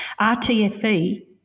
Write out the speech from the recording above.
RTFE